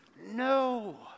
No